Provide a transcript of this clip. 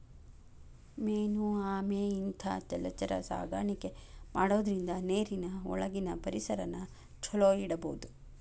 main ಆಮೆ ಇಂತಾ ಜಲಚರ ಸಾಕಾಣಿಕೆ ಮಾಡೋದ್ರಿಂದ ನೇರಿನ ಒಳಗಿನ ಪರಿಸರನ ಚೊಲೋ ಇಡಬೋದು